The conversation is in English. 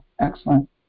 excellent